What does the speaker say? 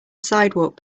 sidewalk